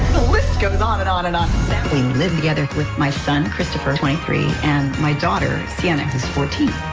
the list goes on and on and on live together with my son christopher twenty three and my daughter sienna, who's fourteen